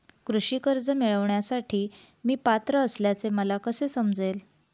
कृषी कर्ज मिळविण्यासाठी मी पात्र असल्याचे मला कसे समजेल?